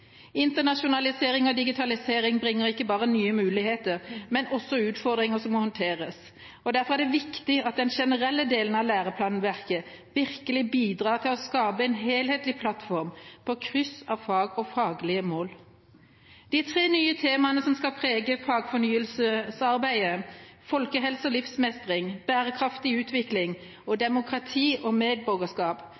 Internasjonalisering og digitalisering bringer ikke bare nye muligheter, men også utfordringer, som må håndteres. Derfor er det viktig at den generelle delen av læreplanverket virkelig bidrar til å skape en helhetlig plattform, på kryss av fag og faglige mål. De tre nye temaene som skal prege fagfornyelsesarbeidet, folkehelse og livsmestring, bærekraftig utvikling og